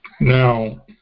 Now